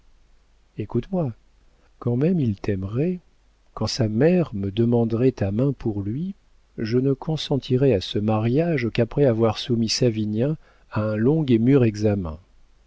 écoute-moi quand même il t'aimerait quand sa mère me demanderait ta main pour lui je ne consentirais à ce mariage qu'après avoir soumis savinien à un long et mûr examen